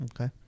Okay